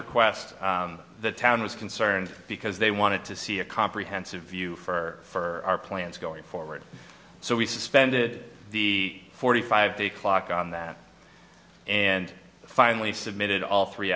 request the town was concerned because they wanted to see a comprehensive view for our plans going forward so we suspended the forty five day clock on that and finally submitted all three